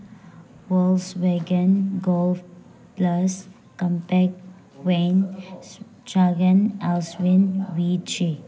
Volkswagen Golf plus compact ꯋꯦꯡ ꯆꯥꯒꯦꯟ ꯑꯦꯜꯁꯋꯤꯟ ꯔꯤꯆꯦ